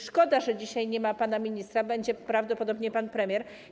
Szkoda, że dzisiaj nie ma pana ministra, będzie prawdopodobnie pan premier.